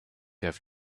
have